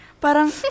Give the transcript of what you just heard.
parang